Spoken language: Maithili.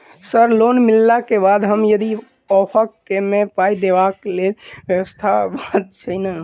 सर लोन मिलला केँ बाद हम यदि ऑफक केँ मे पाई देबाक लैल व्यवस्था बात छैय नै?